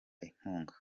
inkunga